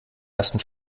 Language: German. ersten